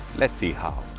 let's see how.